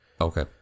Okay